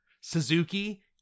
Suzuki